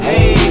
Hey